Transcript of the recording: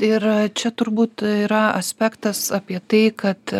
ir čia turbūt yra aspektas apie tai kad